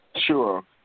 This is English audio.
Sure